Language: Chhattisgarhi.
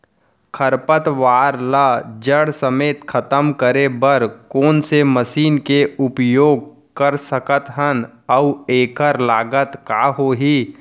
खरपतवार ला जड़ समेत खतम करे बर कोन से मशीन के उपयोग कर सकत हन अऊ एखर लागत का होही?